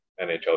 NHL